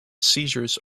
seizures